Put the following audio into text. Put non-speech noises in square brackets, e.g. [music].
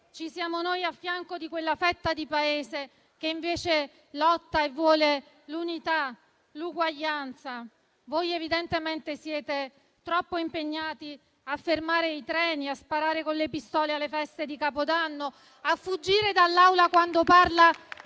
ci siamo noi, a fianco di quella fetta di Paese che invece lotta e vuole l'unità e l'uguaglianza. [applause] Voi evidentemente siete troppo impegnati a fermare i treni, a sparare con le pistole alle feste di Capodanno e a fuggire dall'Aula quando parla